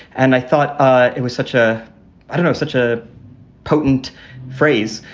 and i thought ah it was such a i don't know, such a potent phrase.